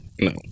no